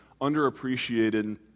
underappreciated